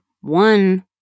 one